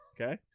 Okay